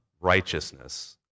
righteousness